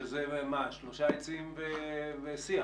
שזה שלושה עצים ושיח?